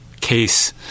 case